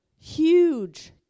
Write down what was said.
huge